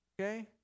okay